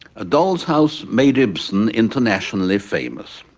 a doll's house made ibsen internationally famous.